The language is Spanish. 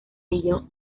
ello